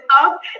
up